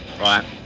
Right